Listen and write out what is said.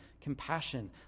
compassion